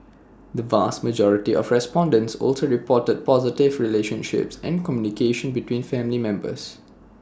the vast majority of respondents also reported positive relationships and communication between family members